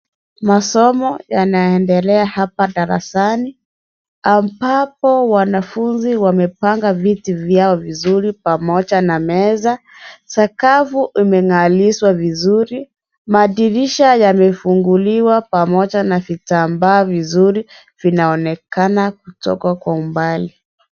Masomo yanaendelea hapa darasani, ampapo wanafunzi wamepanga viti vyao vizuri pamoja na meza. Sakafu imeng'arishwa vizuri. Madirisha yamefunguliwa pamoja na vitambaa vizuri vinaonekana kutoka kwa umbali.